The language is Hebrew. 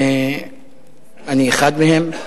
אני אחד מהם,